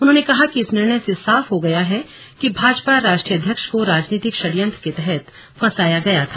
उन्होंने कहा कि इस निर्णय से साफ हो गया है कि भाजपा राष्ट्रीय अध्यक्ष को राजनीतिक षडयंत्र के तहत फंसाया गया था